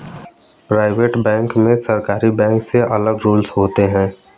private bank में सरकारी bank से अलग रूल्स होते है